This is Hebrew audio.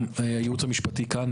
גם הייעוץ המשפטי כאן,